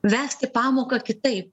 vesti pamoką kitaip